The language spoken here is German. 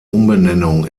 umbenennung